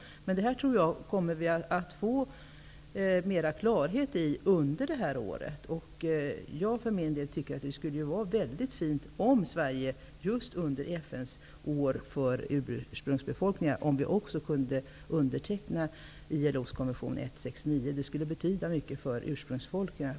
Men jag tror att vi kommer att få mer klarhet under detta år. Jag för min del anser att det vore mycket fint om Sverige under FN:s år för ursprungsbefolkningar kunde underteckna ILO:s konvention 169. Det skulle på sikt betyda mycket för ursprungsbefolkningarna.